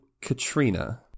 Katrina